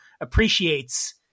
appreciates